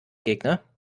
gegner